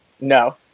No